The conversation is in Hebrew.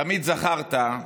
תמיד זכרת,